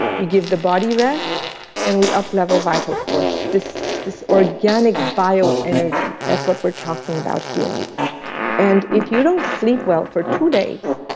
we give the body rest and we up level vital force. this this organic bio energy, that's what we're talking about here and if you don't sleep well for two days,